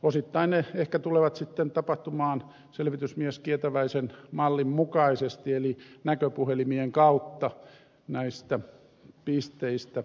osittain palvelut ehkä tulevat sitten tapahtumaan selvitysmies kietäväisen mallin mukaisesti eli näköpuhelimien kautta näistä pisteistä